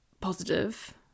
positive